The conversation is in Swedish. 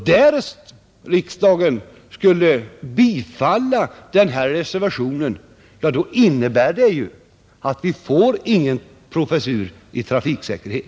Därest riksdagen skulle bifalla reservationen, innebär det att vi inte får någon professur i trafiksäkerhet.